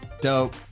Dope